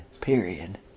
period